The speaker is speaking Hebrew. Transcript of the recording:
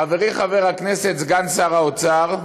חברי חבר הכנסת, סגן שר האוצר,